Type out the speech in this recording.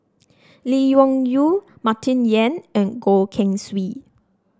Lee Wung Yew Martin Yan and Goh Keng Swee